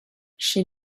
she